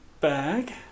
bag